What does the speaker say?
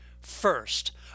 First